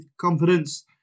confidence